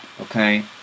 Okay